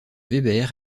weber